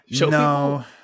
No